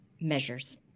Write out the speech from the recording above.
measures